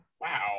wow